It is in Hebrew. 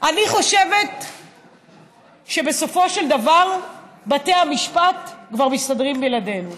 אני חושבת שבסופו של דבר בתי המשפט כבר מסתדרים בלעדינו.